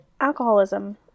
alcoholism